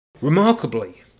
Remarkably